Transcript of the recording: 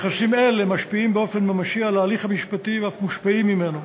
יחסים אלה משפיעים באופן ממשי על ההליך המשפטי ואף מושפעים ממנו.